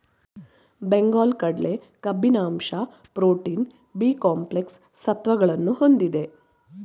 ಬೆಂಗಲ್ ಕಡಲೆ ಕೊಬ್ಬಿನ ಅಂಶ ಪ್ರೋಟೀನ್, ಬಿ ಕಾಂಪ್ಲೆಕ್ಸ್ ಸತ್ವಗಳನ್ನು ಹೊಂದಿದೆ